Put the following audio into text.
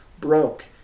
broke